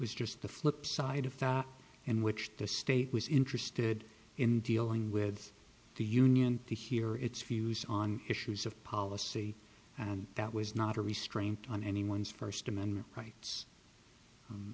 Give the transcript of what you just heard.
was just the flip side of in which the state was interested in dealing with the union to hear its views on issues of policy and that was not a restraint on anyone's first amendment rights u